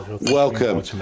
welcome